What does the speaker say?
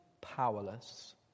powerless